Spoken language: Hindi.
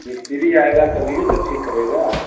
मिस्त्री आएगा तभी तो ठीक करेगा